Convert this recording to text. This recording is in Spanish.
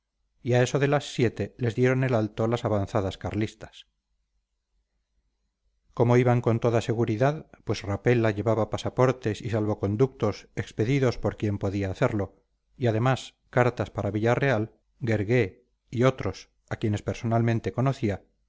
y a eso de las siete les dieron el alto las avanzadas carlistas como iban con toda seguridad pues rapella llevaba pasaportes y salvo conductos expedidos por quien podía hacerlo y además cartas para villarreal guergué y otros a quienes personalmente conocía